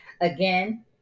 again